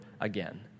again